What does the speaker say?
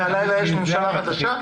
מהלילה יש ממשלה חדשה?